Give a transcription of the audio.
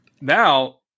Now